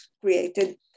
created